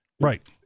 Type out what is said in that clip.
Right